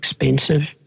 expensive